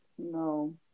No